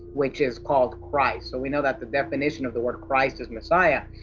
which is called christ, so we know that the definition of the word christ is messiah.